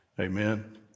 Amen